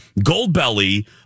Goldbelly